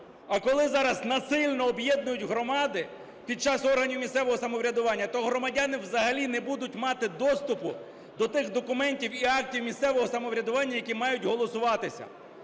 А коли зараз насильно об'єднують громади під час органів місцевого самоврядування, то громадяни взагалі не будуть мати доступу до тих документів і актів місцевого самоврядування, які мають голосуватися.